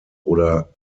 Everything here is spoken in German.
oder